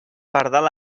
pardal